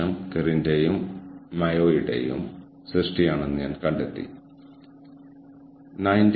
അല്ലെങ്കിൽ നിങ്ങളുടെ മനുഷ്യവിഭവശേഷി സുസ്ഥിരമാക്കാൻ സഹായിക്കുന്ന നയങ്ങൾ